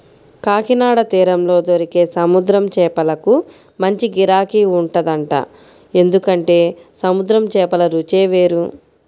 కాకినాడ తీరంలో దొరికే సముద్రం చేపలకు మంచి గిరాకీ ఉంటదంట, ఎందుకంటే సముద్రం చేపల రుచే వేరు